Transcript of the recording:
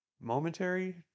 momentary